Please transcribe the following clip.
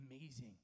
amazing